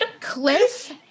Cliff